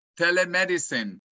telemedicine